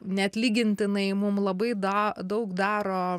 neatlygintinai mum labai da daug daro